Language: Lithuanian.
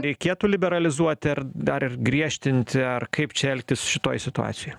reikėtų liberalizuoti ar dar ir griežtinti ar kaip čia elgtis šitoj situacijoj